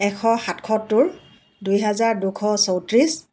এশ সাতসত্তৰ দুই হাজাৰ দুশ চৌত্ৰিছ